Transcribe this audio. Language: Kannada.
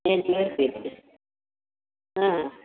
ಹಾಂ